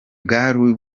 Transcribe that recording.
bwari